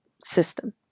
system